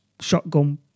shotgun